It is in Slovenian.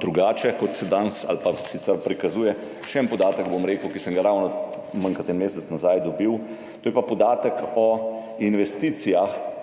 drugače, kot se danes ali sicer prikazuje. Še en podatek, ki sem ga manj kot en mesec nazaj dobil, bom povedal, to je pa podatek o investicijah,